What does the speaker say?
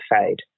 fade